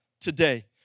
today